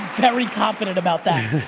very confident about that.